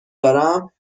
دارم